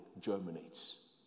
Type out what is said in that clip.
germinates